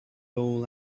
all